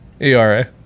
ERA